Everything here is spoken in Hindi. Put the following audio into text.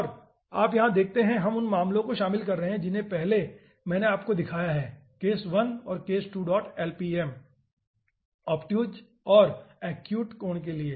और यहां आप देखते हैं हम उन मामलों को शामिल कर रहे हैं जिन्हे पहले मैंने आपको दिखाया है case1 और case2lpm ऑब्टयूज़ और एक्यूट कोण के लिए